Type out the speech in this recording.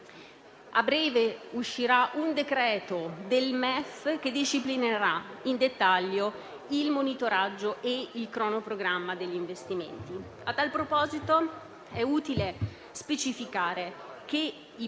adotterà un decreto per disciplinare nel dettaglio il monitoraggio e il cronoprogramma degli investimenti. A tal proposito, è utile specificare che i